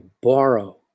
borrow